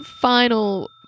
final